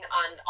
on